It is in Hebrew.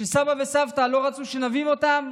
כשסבא וסבתא לא רצו שנבין אותם,